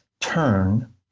turn